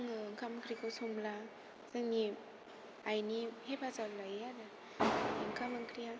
आङो ओंखाम ओंख्रिखौ संब्ला जोंनि आइनि हेफाजाब लायो आरो ओंखाम ओंख्रिया